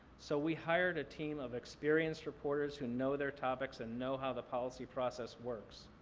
so we hired a team of experienced reporters who know their topics and know how the policy process works.